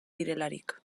direlarik